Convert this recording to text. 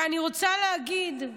ואני רוצה להגיד: